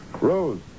Rose